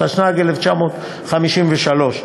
התשי"ג 1953,